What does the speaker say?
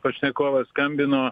pašnekovas skambino